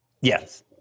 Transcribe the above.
Yes